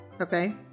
Okay